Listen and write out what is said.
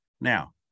Now